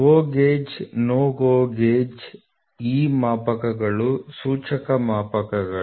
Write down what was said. GO gauge NO GO gauge ಈ ಮಾಪಕಗಳು ಸೂಚಕ ಮಾಪಕಗಳು